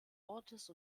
ortes